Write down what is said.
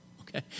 okay